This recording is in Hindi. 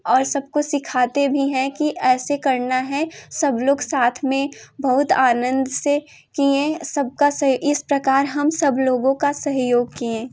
और सबको सिखाते भी हैं कि ऐसे करना है सब लोग साथ में बहुत आनंद से किएँ सबका सही इस प्रकार हम सब लोगों का सहयोग किएँ